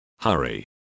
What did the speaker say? Hurry